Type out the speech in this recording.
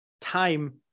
time